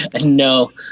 No